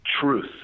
truth